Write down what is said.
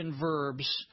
verbs